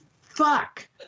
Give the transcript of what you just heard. fuck